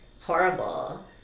horrible